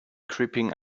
creeping